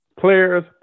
players